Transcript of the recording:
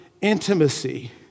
intimacy